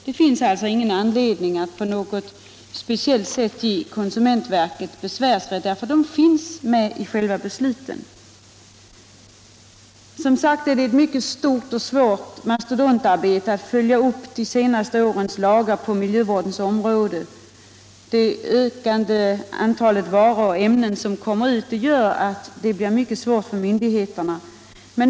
Det finns alltså ingen anledning att ge konsumentverket någon speciell besvärsrätt, eftersom verket är representerat vid själva beslutsfattandet. Det är som sagt ett mycket besvärligt mastodontarbete att följa upp de senaste årens lagstiftning på miljövårdens område — det ökande antalet ämnen och varor som kommer ut gör det mycket svårt för myndigheterna.